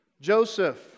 Joseph